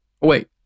wait